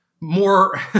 more